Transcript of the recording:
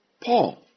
Paul